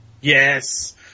Yes